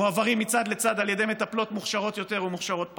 מועברים מצד לצד על ידי מטפלות מוכשרות יותר ומוכשרות פחות.